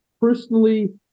personally